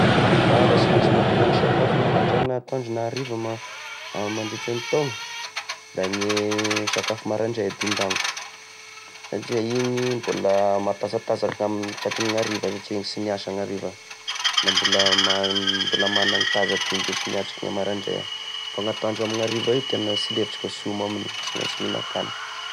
Iaho raha sy mainsy mandingana sakafo na mandraigny, na atoandro, na hariva, ma- mandritry ny tao da gne e sakafo marandray e dinganiko! Satria igny mbola matanzatanzaky aminigny tratriny gnariva satria iny sy niasa gnariva, na mbola magna, managny tanjaky hindesoko miatrike marandray, fa gn'atoandro amin'ny ariva io tena sy lefitroko, sy oma aminio sy mainsy mihian-kany.